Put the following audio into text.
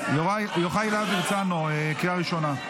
יוראי להב הרצנו, קריאה ראשונה.